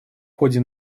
ходе